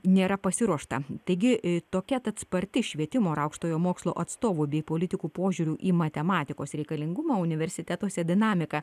nėra pasiruošta taigi tokia tat sparti švietimo ir aukštojo mokslo atstovų bei politikų požiūrių į matematikos reikalingumą universitetuose dinamika